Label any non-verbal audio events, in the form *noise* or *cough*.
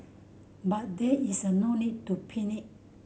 but there is a no need to *unintelligible*